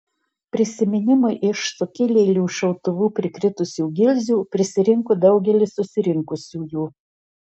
prisiminimui iš sukilėlių šautuvų prikritusių gilzių prisirinko daugelis susirinkusiųjų